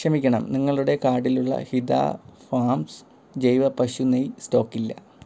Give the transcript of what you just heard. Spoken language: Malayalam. ക്ഷമിക്കണം നിങ്ങളുടെ കാർഡിലുള്ള ഹിതാ ഫാംസ് ജൈവ പശു നെയ് സ്റ്റോക്കില്ല